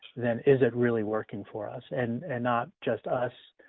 then is it really working for us, and not just us,